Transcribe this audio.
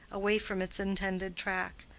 away from its intended track.